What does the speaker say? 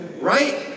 Right